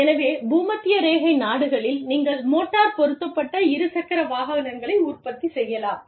எனவே பூமத்திய ரேகை நாடுகளில் நீங்கள் மோட்டார் பொருத்தப்பட்ட இரு சக்கர வாகனங்களை உற்பத்தி செய்யலாம்